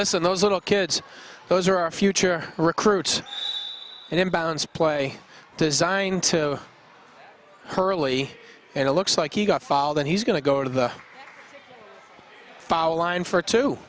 listen those little kids those are our future recruits inbounds play designed to hurley and it looks like he got fall that he's going to go to the foul line for to